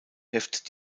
heft